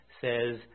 says